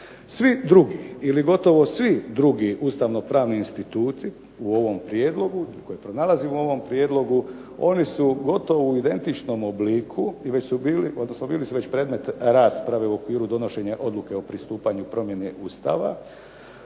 Svi drugi, ili gotovo svi drugi Ustavno pravni instituti u ovom Prijedlogu oni su gotovo u identičnom obliku, ili su bili, odnosno bili su već predmet rasprave u okviru donošenja Odluke o pristupanju promjeni Ustava,